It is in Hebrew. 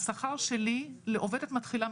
השכר שלי לעובדת מתחילה,